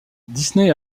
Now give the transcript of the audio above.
disney